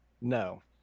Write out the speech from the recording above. No